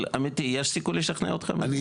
אבל אמיתי יש סיכוי לשכנע אתכם?